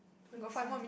oh this one